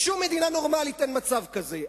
בשום מדינה נורמלית אין מצב כזה.